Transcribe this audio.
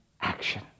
action